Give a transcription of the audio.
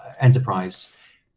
enterprise